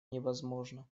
невозможно